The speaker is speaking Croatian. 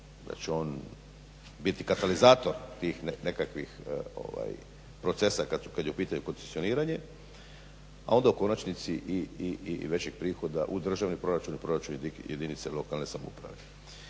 da će on biti katalizator tih nekakvih procesa kad je u pitanju koncesioniranje, a onda u konačnici i većeg prihoda u Državni proračun i proračun tih jedinica lokalne samouprave.